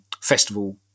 festival